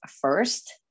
first